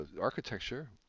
architecture